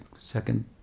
second